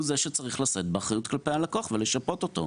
הוא זה שצריך לשאת באחריות כלפי הלקוח ולשפות אותו.